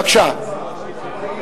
בבקשה.